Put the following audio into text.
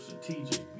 strategic